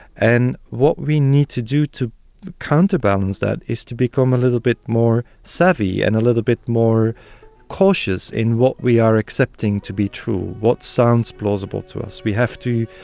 and what we need to do to counterbalance that is to become a little bit more savvy and a little bit more cautious in what we are accepting to be true, what sounds plausible to us. we have to